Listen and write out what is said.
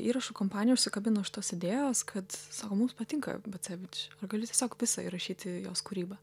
įrašų kompanija užsikabino už tos idėjos kad sako mums patinka bacevič ar gali tiesiog visą įrašyti jos kūrybą